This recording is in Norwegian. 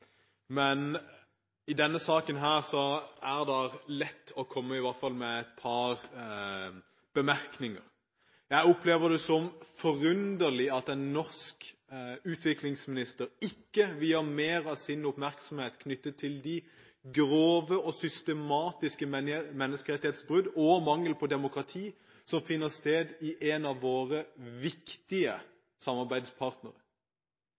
opplever det som forunderlig at en norsk utviklingsminister ikke vier mer av sin oppmerksomhet til de grove og systematiske menneskerettighetsbrudd og mangel på demokrati som finner sted hos en av våre